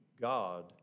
God